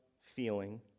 feeling